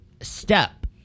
step